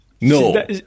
No